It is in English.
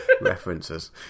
References